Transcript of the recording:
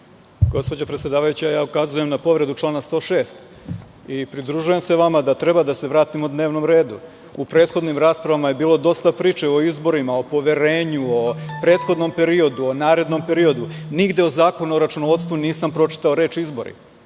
Gospođo predsedavajuća, ukazujem na povredu člana 106. i pridružujem se vama da treba da se vratimo dnevnom redu. U prethodnim raspravama je bilo dosta priča o izborima, o poverenju, o prethodnom periodu, o narednom periodu, a nigde u Zakonu o računovodstvu nisam pročitao reč – izbori.